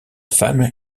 femme